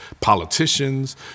politicians